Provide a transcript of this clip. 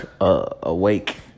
Awake